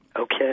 Okay